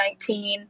2019